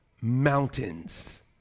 Mountains